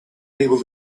able